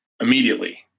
immediately